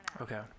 Okay